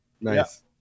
Nice